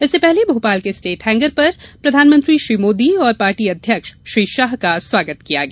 इससे पहले भोपाल के स्टेट हैंगर पर प्रधानमंत्री श्री मोदी और पार्टी अध्यक्ष श्री शाह का स्वागत किया गया